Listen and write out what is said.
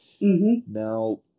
Now